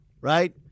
right